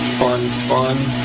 fun, fun.